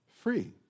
Free